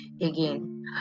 again